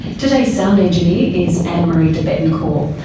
today's sound engineer is ann-marie debettencor,